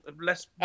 less